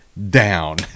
down